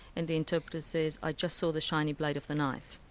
and the interpreter says i just saw the shiny blade of the knife.